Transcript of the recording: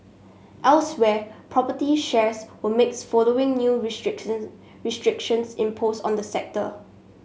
elsewhere property shares were mixed following new restriction restrictions imposed on the sector